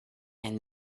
and